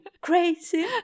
crazy